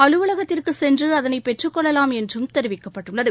அலுவலகத்திற்கு சென்று அதனை பெற்றுக்கொள்ளலாம் என்று தெரிவிக்கப்பட்டுள்ளது